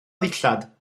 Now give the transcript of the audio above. ddillad